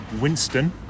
Winston